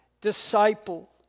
disciple